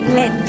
let